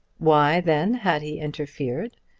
why then had he interfered?